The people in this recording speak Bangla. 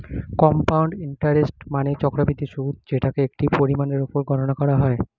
কম্পাউন্ড ইন্টারেস্ট মানে চক্রবৃদ্ধি সুদ যেটাকে একটি পরিমাণের উপর গণনা করা হয়